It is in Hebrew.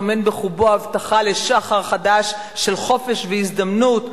טומן בחובו הבטחה לשחר חדש של חופש והזדמנות.